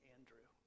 Andrew